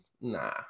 Nah